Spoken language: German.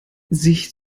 sich